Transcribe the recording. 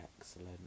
excellent